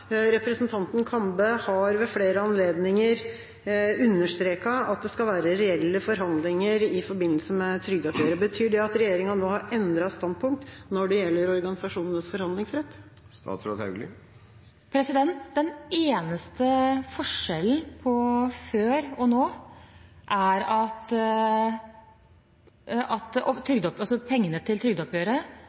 Representanten Kambe har ved flere anledninger understreket at det skal være reelle forhandlinger i forbindelse med trygdeoppgjøret. Betyr det at regjeringa nå har endret standpunkt når det gjelder organisasjonenes forhandlingsrett? Den eneste forskjellen på før og nå er at pengene til trygdeoppgjøret fastsettes på Arbeids- og sosialdepartementets budsjett framfor på ymseposten til